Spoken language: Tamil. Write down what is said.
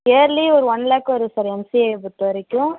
இயர்லி ஒரு ஒன் லாக் வரும் சார் எம்சிஏவை பொறுத்த வரைக்கும்